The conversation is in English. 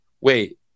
wait